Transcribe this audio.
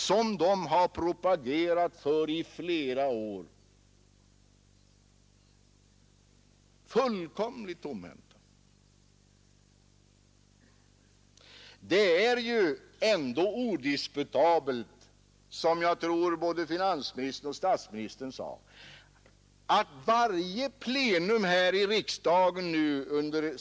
Hade vi inte genomfört den, så hade ju läget varit mycket sämre. Den skattesänkningen gäller ju, och den var den största dittills. Vad innebär då förslaget på riksdagens bord i dag?